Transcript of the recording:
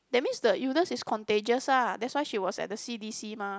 that means the illness is contagious lah that's why she was at the C_D_C mah